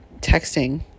texting